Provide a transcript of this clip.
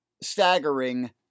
staggering